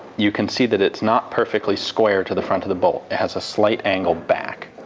you can see that it's not perfectly square to the front of the bolt. it has a slight angle back,